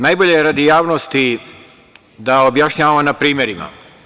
Najbolje je radi javnosti da objašnjavamo na primerima.